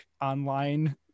online